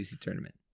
tournament